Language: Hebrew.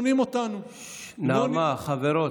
נעמה, חברות,